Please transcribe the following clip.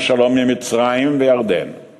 להם לשיתוף פעולה ועזרה הדדית עם העם היהודי העצמאי בארצו."